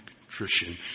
contrition